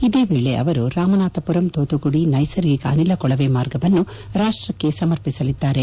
ಇದೇ ವೇಳೆ ಅವರು ರಾಮನಾಥಪುರಂ ತೂತುಕುಡಿ ನೈಸರ್ಗಿಕ ಅನಿಲ ಕೊಳವೆ ಮಾರ್ಗವನ್ನು ರಾಷ್ಪಕ್ಕೆ ಸಮರ್ಪಿಸಲಿದ್ದಾರೆ